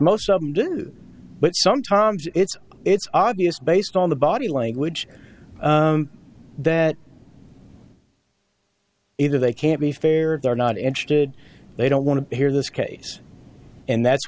most but sometimes it's it's obvious based on the body language that either they can't be fair they're not interested they don't want to hear this case and that's